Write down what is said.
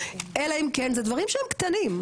אלא אם כן זה דברים שהם קטנים,